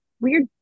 weird